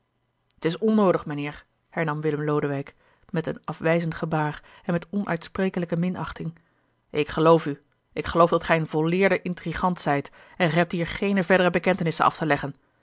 t is onnoodig mijnheer hernam willem lodewijk met een afwijzend gebaar en met onuitsprekelijke minachting ik geloof u ik geloof dat gij een volleerde intrigant zijt en gij hebt hier geene verdere bekentenissen af te leggen